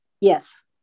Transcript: yes